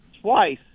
twice